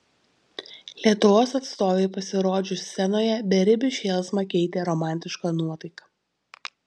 lietuvos atstovei pasirodžius scenoje beribį šėlsmą keitė romantiška nuotaika